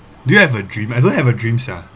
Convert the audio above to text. do you have a dream I don't have a dream sia